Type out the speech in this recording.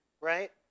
right